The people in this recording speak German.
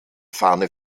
fahne